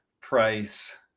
price